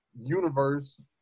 universe